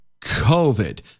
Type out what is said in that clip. COVID